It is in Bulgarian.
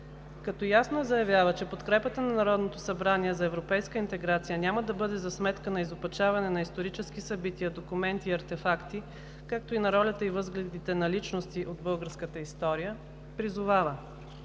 Като ясно заявява, че подкрепата на Народното събрание за европейска интеграция няма да бъде за сметка на изопачаване на историческите събития, документи и артефакти, както и на ролята и възгледите на личности от българската история, ПРИЗОВАВА: